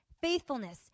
faithfulness